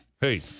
Hey